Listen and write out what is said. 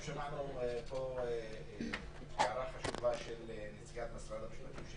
גם שמענו פה הערה חשוב של נציגת משרד המשפטים,